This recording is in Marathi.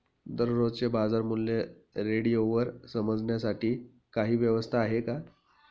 दररोजचे बाजारमूल्य रेडिओवर समजण्यासाठी काही व्यवस्था आहे का?